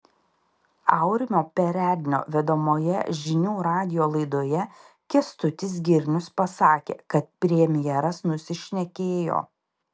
aurimo perednio vedamoje žinių radijo laidoje kęstutis girnius pasakė kad premjeras nusišnekėjo